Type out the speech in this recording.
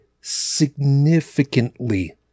significantly